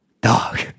Dog